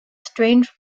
strange